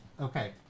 okay